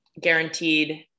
guaranteed